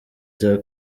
cya